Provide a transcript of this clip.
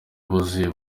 buzuye